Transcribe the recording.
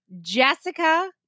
Jessica